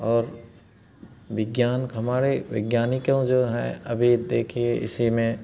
और विज्ञान हमारे विज्ञानिकों जो हैं अभी देखिए इसी में